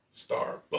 Starbucks